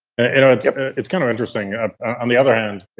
you know it's yeah it's kind of interesting on the other hand,